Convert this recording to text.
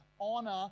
Honor